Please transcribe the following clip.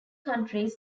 countries